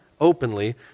openly